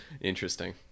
interesting